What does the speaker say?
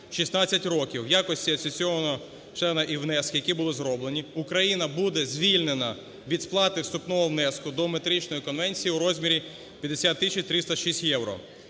16 років у якості асоційованого члена і внески, які були зроблені, Україна буде звільнена від сплати вступного внеску до Метричної конвенції у розмірі 50 тисяч 306 євро.